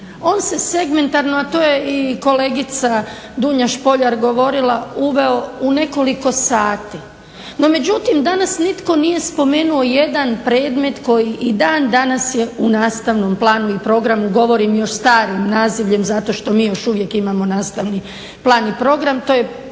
On se segmentarno, a to je i kolegica Dunja Špoljar govorila, uveo u nekoliko sati, no međutim danas nitko nije spomenuo jedan predmet koji i dan danas je u nastavnom planu i programu, govorim još starim nazivljem zato što mi još uvijek imamo nastavni plan i program, to je program